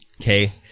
Okay